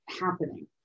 happening